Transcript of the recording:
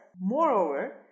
Moreover